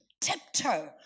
Tiptoe